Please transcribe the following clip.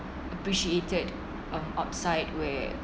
appreciated of outside where